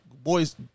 Boys